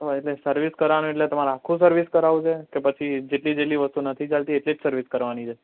હા એટલે સર્વિસ કરાવવાનું એટલે તમારે આખું સર્વિસ કરાવવું છે કે પછી જેટલી જેટલી વસ્તુઓ નથી ચાલતી એટલી જ સર્વિસ કરાવવાની છે